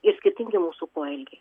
ir skirtingi mūsų poelgiai